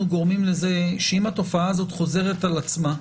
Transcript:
גורמים לזה שאם התופעה הזאת חוזרת על עצמה,